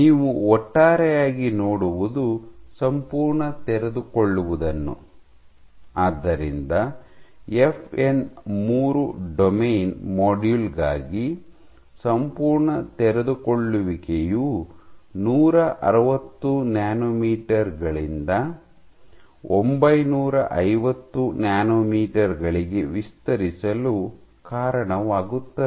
ನೀವು ಒಟ್ಟಾರೆಯಾಗಿ ನೋಡುವುದು ಸಂಪೂರ್ಣ ತೆರೆದುಕೊಳ್ಳುವುದನ್ನು ಆದ್ದರಿಂದ ಎಫ್ಎನ್ ಮೂರು ಡೊಮೇನ್ ಮಾಡ್ಯೂಲ್ ಗಾಗಿ ಸಂಪೂರ್ಣ ತೆರೆದುಕೊಳ್ಳುವಿಕೆಯು ನೂರ ಅರವತ್ತು ನ್ಯಾನೊಮೀಟರ್ ಗಳಿಂದ ಒಂಬೈನೂರ ಐವತ್ತು ನ್ಯಾನೊಮೀಟರ್ ಗಳಿಗೆ ವಿಸ್ತರಿಸಲು ಕಾರಣವಾಗುತ್ತದೆ